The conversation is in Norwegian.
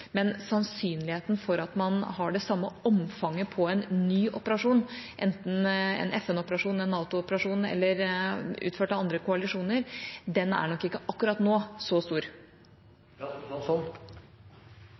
men sannsynligheten for at en ny operasjon – enten en FN-operasjon, en NATO-operasjon eller en operasjon utført av andre koalisjoner – har det samme omfanget, er nok ikke akkurat nå så stor.